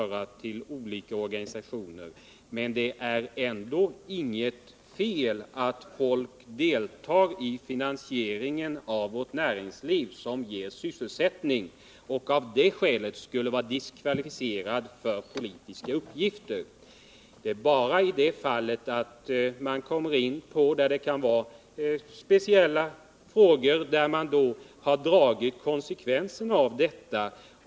Det kan t.ex. gälla olika organisationer. Men det är ändå inget fel att folk deltar i finansieringen av vårt näringsliv, som ger sysselsättning, och de bör inte av det skälet vara diskvalificerade för politiska uppgifter. I de fall där man kommit in på speciella ting som kan ifrågasättas har man dragit konsekvensen av detta.